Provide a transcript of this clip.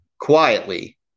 quietly